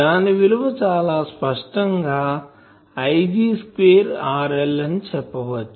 దాని విలువ చాలా స్పష్టం గా Ig స్క్వేర్ RLఅని చెప్పవచ్చు